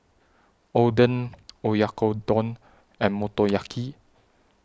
Oden Oyakodon and Motoyaki